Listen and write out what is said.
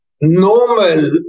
normal